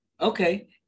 okay